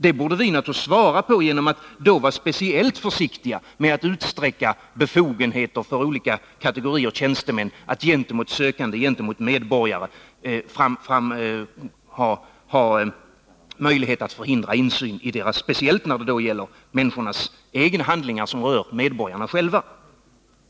Det borde vi naturligtvis svara på genom att vara speciellt försiktiga med att utsträcka befogenheter för olika kategorier tjänstemän att gentemot sökande medborgare ha möjlighet att förhindra insyn — speciellt när det gäller människornas egna handlingar, som rör medborgarna själva.